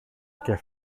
και